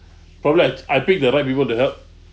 probably I I picked the right people to help